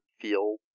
feel